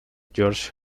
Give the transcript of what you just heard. george